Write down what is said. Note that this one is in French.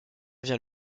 vient